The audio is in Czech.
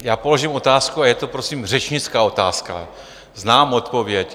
Já položím otázku, a je to prosím řečnická otázka, znám odpověď.